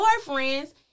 boyfriends